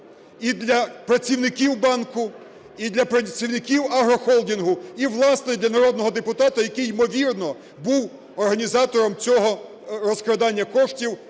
і для працівників банку, і для працівників агрохолдингу, і власне, для народного депутата, який, ймовірно, був організатором цього розкрадання коштів